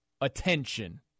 attention